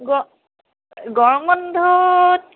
গৰম বন্ধত